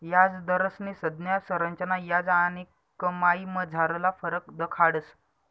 याजदरस्नी संज्ञा संरचना याज आणि कमाईमझारला फरक दखाडस